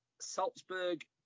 Salzburg